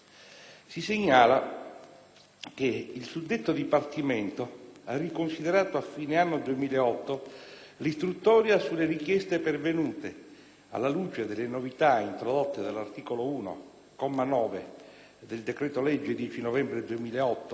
Si segnala che il suddetto Dipartimento ha riconsiderato, a fine anno 2008, l'istruttoria sulle richieste pervenute, alla luce delle novità introdotte dall'articolo 1, comma 9, del decreto-legge 10 novembre 2008